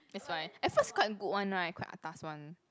that's why at first quite good one right quite atas one